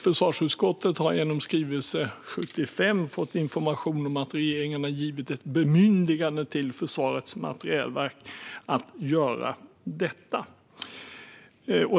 Försvarsutskottet har genom skrivelse 75 fått information om att regeringen har gett ett bemyndigande till Försvarets materielverk att göra detta.